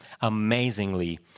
Amazingly